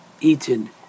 eaten